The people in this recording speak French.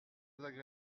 agréable